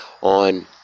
on